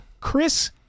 Chris